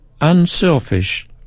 unselfish